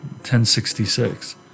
1066